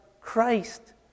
Christ